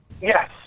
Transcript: Yes